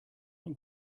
not